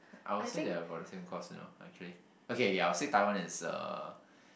I will say that I've got the same course you know actually okay ya I will say Taiwan is a